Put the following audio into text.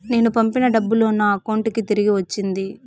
నేను పంపిన డబ్బులు నా అకౌంటు కి తిరిగి వచ్చింది